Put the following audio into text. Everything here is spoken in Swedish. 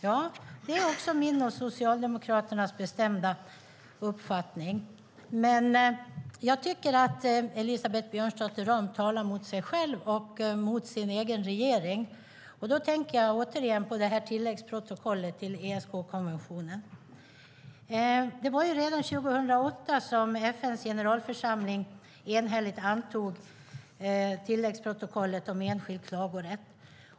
Ja, det är också min och Socialdemokraternas bestämda uppfattning. Jag tycker dock att Elisabeth Björnsdotter Rahm talar mot sig själv och sin regering. Då tänker jag återigen på tilläggsprotokollet till ESK-konventionen. Redan 2008 antog FN:s generalförsamling enhälligt tilläggsprotokollet om enskild klagorätt.